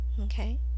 Okay